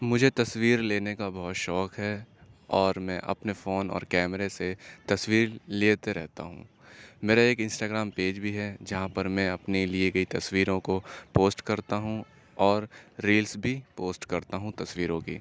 مجھے تصویر لینے کا بہت شوق ہے اور میں اپنے فون اور کیمرے سے تصویر لیتے رہتا ہوں میرا ایک انسٹاگرام پیج بھی ہے جہاں پر میں اپنے لیے گئی تصویروں کو پوسٹ کرتا ہوں اور ریلس بھی پوسٹ کرتا ہوں تصویروں کی